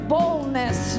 boldness